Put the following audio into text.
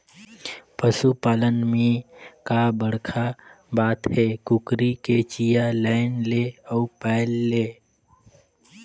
पसू पालन में का बड़खा बात हे, कुकरी के चिया लायन ले अउ पायल ले